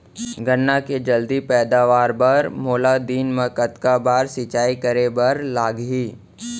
गन्ना के जलदी पैदावार बर, मोला दिन मा कतका बार सिंचाई करे बर लागही?